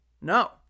No